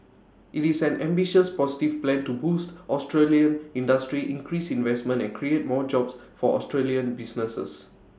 IT is an ambitious positive plan to boost Australian industry increase investment and create more jobs for Australian businesses